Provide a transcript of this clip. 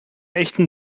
echten